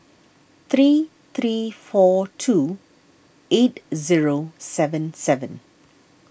three three four two eight zero seven seven